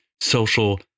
social